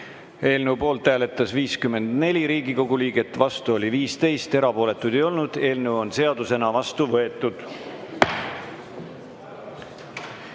Eelnõu poolt hääletas 54 Riigikogu liiget, vastu oli 15, erapooletuid ei olnud. Eelnõu on seadusena vastu võetud.